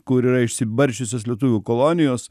kur yra išsibarsčiusios lietuvių kolonijos